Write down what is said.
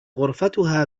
غرفتها